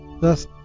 thus